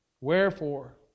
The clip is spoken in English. Wherefore